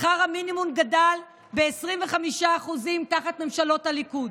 שכר המינימום גדל ב-25% תחת ממשלות הליכוד.